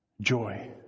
joy